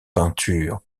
peinture